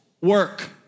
work